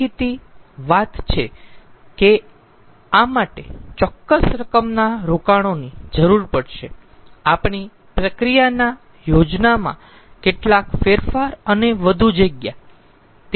દેખીતી વાત છે કે આ માટે ચોક્કસ રકમના રોકાણોની જરૂર પડશે આપણી પ્રક્રિયાના યોજનામાં કેટલાક ફેરફાર અને વધુ જગ્યા